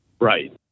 Right